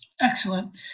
excellent